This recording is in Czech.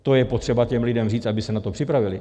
To je potřeba těm lidem říct, aby se na to připravili.